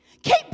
Keep